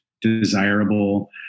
desirable